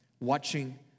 watching